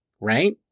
Right